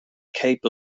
cape